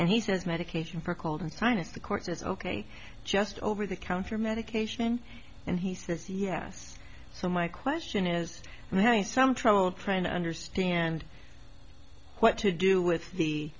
and he says medication for cold and sinus the course is ok just over the counter medication and he says yes so my question is i'm having some trouble trying to understand what to do with the